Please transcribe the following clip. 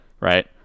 right